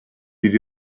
bir